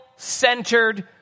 centered